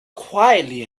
quietly